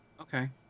Okay